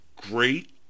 great